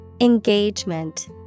Engagement